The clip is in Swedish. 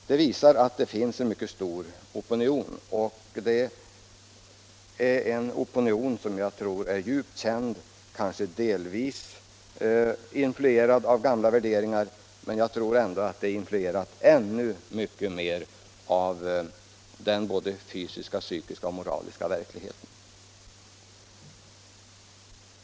Detta visar att det finns en mycket stor opinion, och jag tror att den opinionen är djupt känd. Den är kanske delvis influerad av gamla värderingar, men jag tror att den är influerad ännu mycket mer av den fysiska, psykiska och moraliska verkligheten.